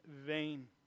vain